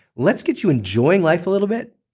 let's get you enjoying life a little bit.